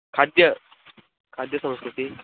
खाद्य खाद्यसंस्कृतिः